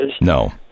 No